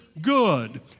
good